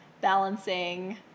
balancing